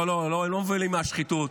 לא לא, הם לא מבוהלים מהשחיתות.